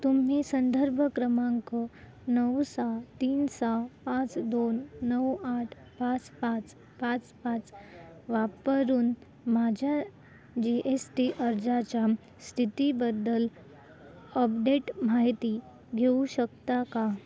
तुम्ही संदर्भ क्रमांक नऊ सहा तीन सहा पाच दोन नऊ आठ पाच पाच पाच पाच वापरून माझ्या जी एस टी अर्जाच्या स्थितीबद्दल अपडेट माहिती घेऊ शकता का